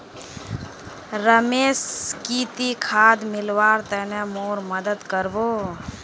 रमेश की ती खाद मिलव्वार तने मोर मदद कर बो